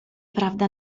prawda